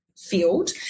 field